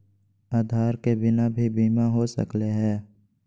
आधार के बिना भी बीमा हो सकले है?